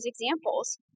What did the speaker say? examples